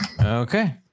Okay